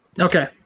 okay